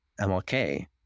MLK